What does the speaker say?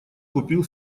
купил